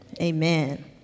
amen